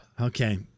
Okay